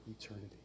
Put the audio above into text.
eternity